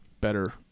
better